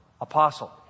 Apostle